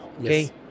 okay